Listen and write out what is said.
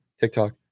tiktok